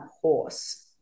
horse